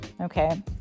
Okay